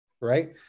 Right